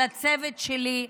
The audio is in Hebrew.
לצוות שלי,